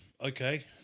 okay